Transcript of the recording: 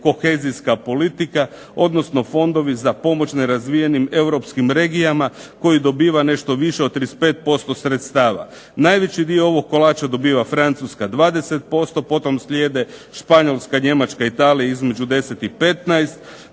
kohezijska politika, odnosno fondovi za pomoć nerazvijenim europskim regijama, koji dobiva nešto više od 35% sredstava. Najveći dio ovog kolača dobiva Francuska 20%, potom slijede Španjolska, Njemačka i Italija između 10 i 15,